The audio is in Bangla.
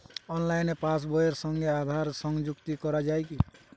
অনলাইনে পাশ বইয়ের সঙ্গে আধার সংযুক্তি করা যায় কি?